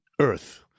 earth